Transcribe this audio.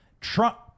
Trump